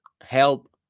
help